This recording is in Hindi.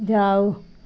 जाओ